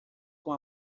com